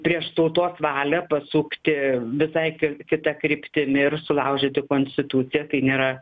prieš tautos valią pasukti visai kita kryptimi ir sulaužyti konstituciją tai nėra